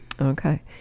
okay